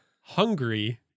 hungry